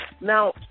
Now